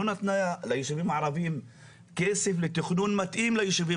נתנה לישובים הערבים כסף לתכנון מתאים לישובים